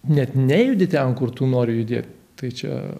net nejudi ten kur tu nori judėti tai čia foreva